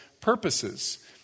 purposes